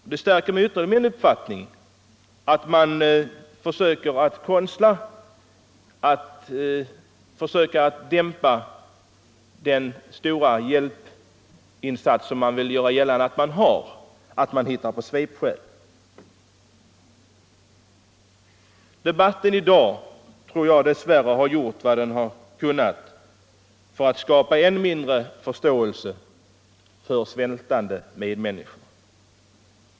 Detta stärker mig ytterligare i min uppfattning att man hittar på svepskäl för att inte behöva leva upp till den stora vilja till hjälpinsatser som man vill göra gällande att man har. Jag tror att debatten i dag dess värre har gjort vad den kunnat för att skapa än mindre förståelse för svältande medmänniskor.